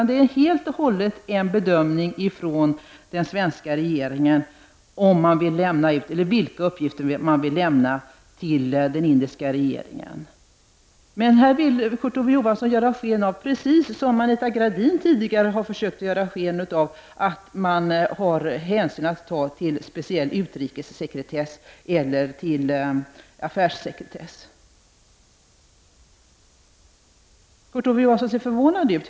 Det är helt och hållet den svenska regeringens bedömning vilka uppgifter man vill lämna till den indiska regeringen. Men här vill Kurt Ove Johansson göra sken av, precis som Anita Gradin tidigare har försökt, att man har hänsyn att ta till speciell utrikessekretess eller till affärssekretess. Kurt Ove Johansson ser förvånad ut.